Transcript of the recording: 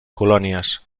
colònies